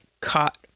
caught